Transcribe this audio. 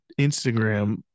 Instagram